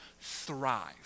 thrive